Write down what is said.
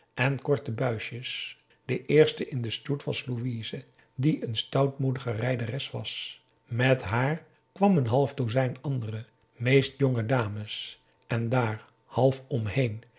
en korte buisjes de eerste in den stoet was louise die een stoutmoedige rijderes was met haar kwam een half dozijn andere meest jonge dames en daar half omheen